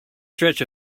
stretch